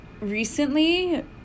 recently